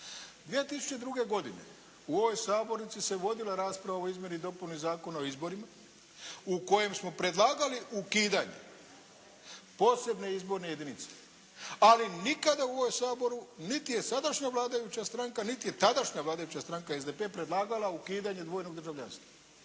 2002. godine u ovoj sabornici se vodila rasprava o izmjeni i dopuni Zakona o izborima u kojem smo predlagali ukidanje posebne izborne jedinice, ali nikada u ovome Saboru niti je sadašnja vladajuća stranka, niti je tadašnja vladajuća stranka SDP predlagala ukidanje dvojnog državljanstva,